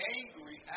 angry